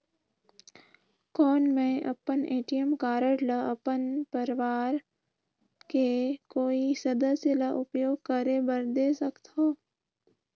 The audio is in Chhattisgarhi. कौन मैं अपन ए.टी.एम कारड ल अपन परवार के कोई सदस्य ल उपयोग करे बर दे सकथव?